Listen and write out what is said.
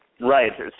Right